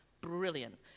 brilliant